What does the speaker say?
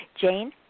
Jane